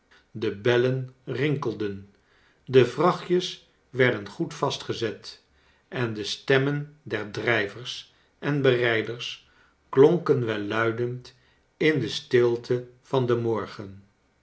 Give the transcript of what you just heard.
de bellen rinkelden de vrachtjes werden goed vastgezet en de stemmen der drijvers en berijders klonken welluidend in de stilte van den morgem